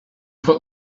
put